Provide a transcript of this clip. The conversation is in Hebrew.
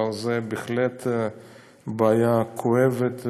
אבל זו בהחלט בעיה כואבת,